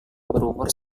berumur